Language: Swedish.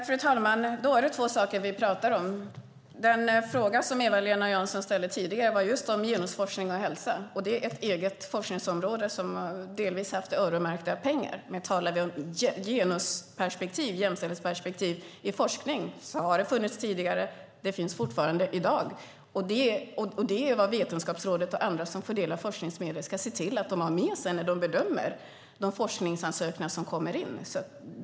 Fru talman! Vi talar om två saker. Den fråga som Eva-Lena Jansson ställde tidigare handlade just om genusforskning och hälsa. Det är ett eget forskningsområde som delvis har haft öronmärkta pengar. Men om vi talar om genusperspektiv och jämställdhetsperspektiv i forskning har det funnits tidigare, och det finns fortfarande i dag. Vetenskapsrådet och andra som fördelar forskningsmedel ska se till att de har med sig detta när de bedömer de forskningsansökningar som kommer in.